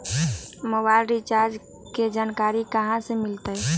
Mobile recharge के जानकारी कहा से मिलतै?